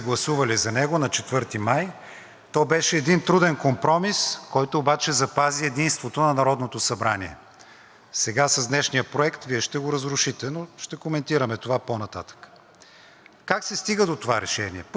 Сега с днешния проект Вие ще го разрушите, но ще коментираме това по нататък. Как се стига до това решение? Първо, не беше поискана информация как Решението от 4 май е изпълнено. Ние всъщност не знаем.